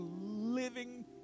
living